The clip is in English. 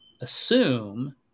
assume